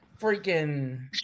Freaking